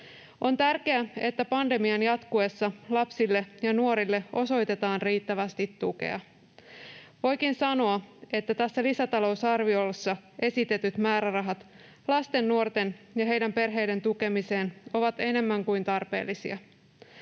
On tärkeää, että pandemian jatkuessa lapsille ja nuorille osoitetaan riittävästi tukea. Voikin sanoa, että tässä lisätalousarviossa esitetyt määrärahat lasten, nuorten ja heidän perheidensä tukemiseen ovat enemmän kuin tarpeellisia.